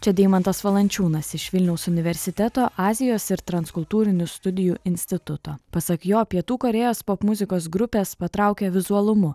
čia deimantas valančiūnas iš vilniaus universiteto azijos ir transkultūrinių studijų instituto pasak jo pietų korėjos popmuzikos grupės patraukia vizualumu